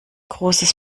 großes